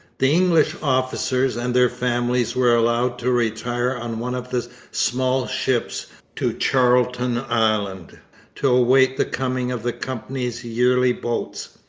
the english officers and their families were allowed to retire on one of the small ships to charlton island to await the coming of the company's yearly boats.